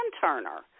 Turner